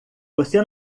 você